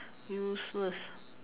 useless